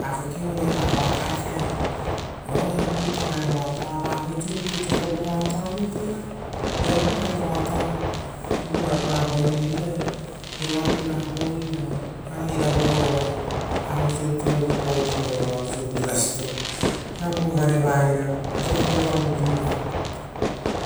Va kekeoro eva goa kaekae. Au pitua kopu goatua rutua ita era veapaso garegoatoa iru oapa rapa uriri rae. Eva virapa urivirae eira goava va voisio riture uvuipoaei rasito, viapau garepa eira riro kovuva rutu eira,